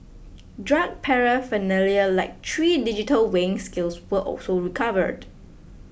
drug paraphernalia like three digital weighing scales were also recovered